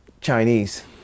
Chinese